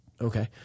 Okay